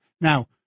Now